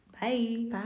Bye